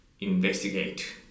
investigate